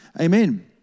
Amen